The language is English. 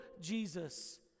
Jesus